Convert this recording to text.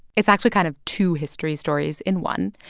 it's actually kind of two history stories in one.